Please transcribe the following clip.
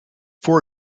for